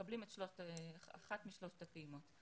שמקבלים אחת משלושת הפעימות.